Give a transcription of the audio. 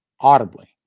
audibly